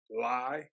lie